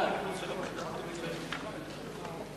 סעיף 3, כהצעת הוועדה, נתקבל.